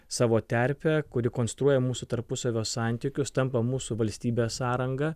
savo terpę kuri konstruoja mūsų tarpusavio santykius tampa mūsų valstybės sąranga